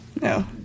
No